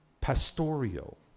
pastoral